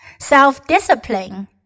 Self-discipline